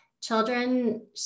children